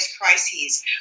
crises